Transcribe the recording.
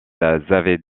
avaient